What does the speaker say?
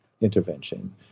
intervention